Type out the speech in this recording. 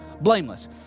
blameless